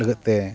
ᱞᱟᱹᱜᱤᱫ ᱛᱮ